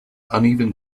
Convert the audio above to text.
uneven